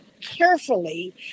carefully